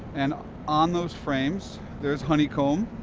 and on those frames there's honeycomb.